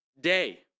day